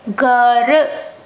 घरु